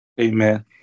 Amen